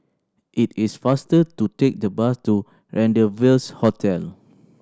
it is faster to take the bus to Rendezvous Hotel